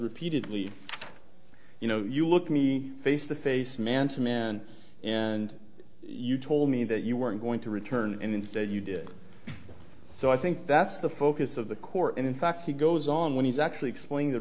repeatedly you know you look me face to face man to man and you told me that you weren't going to return and instead you did so i think that's the focus of the court and in fact he goes on when he's actually explain the